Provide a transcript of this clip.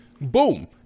Boom